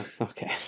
Okay